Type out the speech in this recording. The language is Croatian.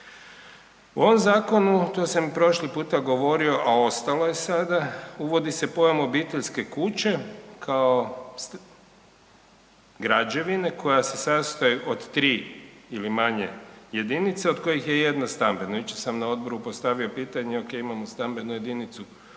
U ovom Zakonu to sam i prošli puta govorio, a ostalo je sada, uvodi se pojam obiteljske kuće kao građevine koja se sastoji od tri ili manje jedinica od kojih je jedna stambena, jučer sam na Odboru postavio pitanje ok, imamo stambenu jedinicu